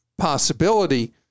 possibility